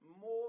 more